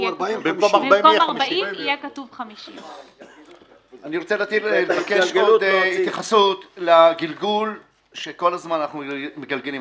יהיה כתוב 50. אני רוצה לבקש התייחסות לגלגול שכל הזמן אנחנו מגלגלים.